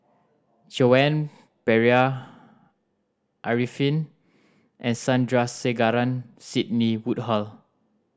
Joan Pereira Arifin and Sandrasegaran Sidney Woodhull